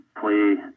play